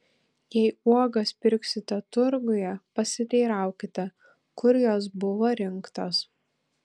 jei uogas pirksite turguje pasiteiraukite kur jos buvo rinktos